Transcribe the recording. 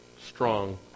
strong